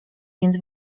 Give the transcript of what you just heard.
więc